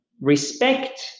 respect